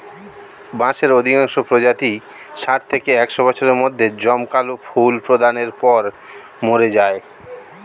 বাঁশের অধিকাংশ প্রজাতিই ষাট থেকে একশ বছরের মধ্যে জমকালো ফুল প্রদানের পর মরে যায়